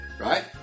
Right